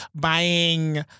buying